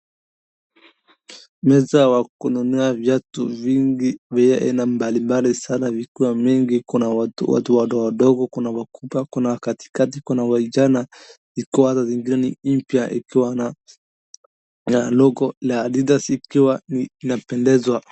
Meza wa kununua viatu vingi vya aina mbalimbali sana vikiwa mingi, kuna watu wadogo, kuna wakubwa, kuna katikati, kuna wajana. Ikiwa na zingine ni mpya ikiwa na na logo ya Adidas ikiwa ni inapendezwa.